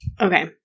Okay